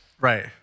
Right